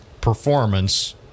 performance